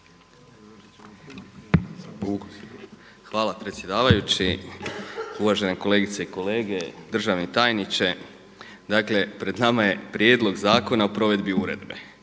Hvala predsjedavajući, uvažene kolegice i kolege, državni tajniče. Dakle, pred nama je Prijedlog zakona o provedbi Uredbe